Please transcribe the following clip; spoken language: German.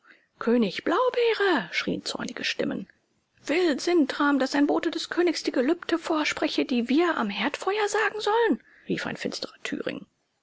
könig blaubeere schrien zornige stimmen will sintram daß ein bote des königs die gelübde vorspreche die wir am herdfeuer sagen sollen rief ein finsterer thüring